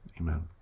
amen